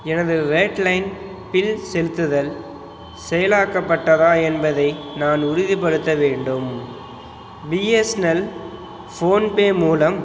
எனது wireline bill செலுத்துதல் செயலாக்கப்பட்டதா என்பதை நான் உறுதிப்படுத்த வேண்டும் பிஎஸ்என்எல் ஃபோன்பே மூலம்